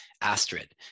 Astrid